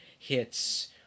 Hits